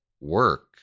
work